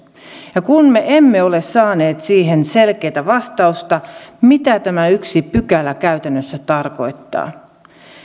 ja me emme ole saaneet siihen selkeää vastausta mitä tämä yksi pykälä käytännössä tarkoittaa